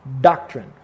doctrine